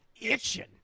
itching